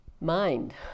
Mind